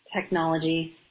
technology